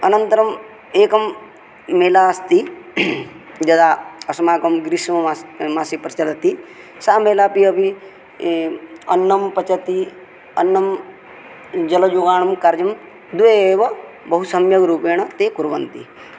अनन्तरम् एकं मेला अस्ति यदा अस्माकं ग्रीष्ममास् मासे प्रचलति सा मेला अपि अपि अन्नं पचति अन्नं जलजोगाणं कार्यं द्वे एव बहुसम्यक् रूपेण ते कुर्वन्ति